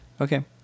Okay